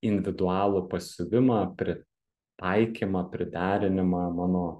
individualų pasiuvimą pri taikymą priderinimą mano